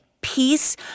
peace